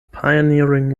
pioneering